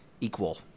equal